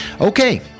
Okay